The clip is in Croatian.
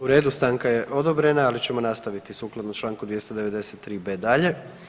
U redu, stanka je odobrena, ali ćemo nastaviti sukladno čl. 293b dalje.